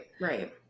right